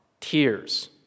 tears